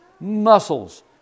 Muscles